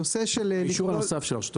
הנושא של --- האישור הנוסף של הרשות המקומית.